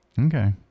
Okay